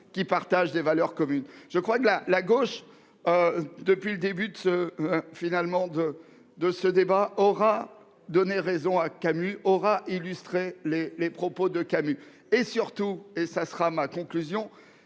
qui partage des valeurs communes. Je crois que la gauche, depuis le début de ce débat, aura donné raison à Camus et illustré ses propos. Surtout, et ce sera ma conclusion,